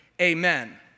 amen